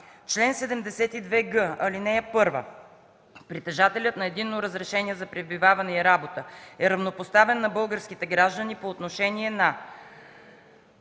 Чл. 72г. (1) Притежателят на Единно разрешение за пребиваване и работа е равнопоставен на българските граждани по отношение на: